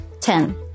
Ten